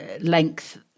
length